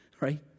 right